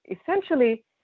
essentially